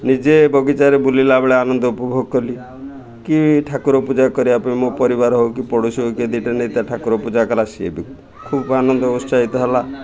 ନିଜେ ବଗିଚାରେ ବୁଲିଲା ବେଳେ ଆନନ୍ଦ ଉପଭୋଗ କଲି କି ଠାକୁର ପୂଜା କରିବା ପାଇଁ ମୋ ପରିବାର ହଉ କି ପଡ଼ୋଶୀ ହଉ କିଏ ଦୁଇଟା ନେଇ ଠାକୁର ପୂଜା କଲା ସିଏ ବି ଖୁବ ଆନନ୍ଦ ଉତ୍ସାହିତ ହେଲା